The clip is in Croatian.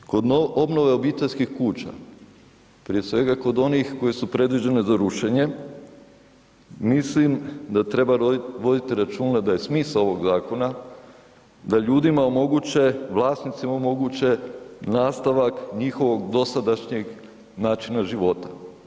I drugo, kod obnove obiteljskih kuća, prije svega kod onih koje su predviđene za rušenje, mislim da treba voditi računa da je smisao ovog zakona da ljudima omoguće, vlasnicima omoguće nastavak njihovog dosadašnjeg načina života.